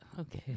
Okay